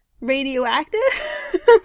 radioactive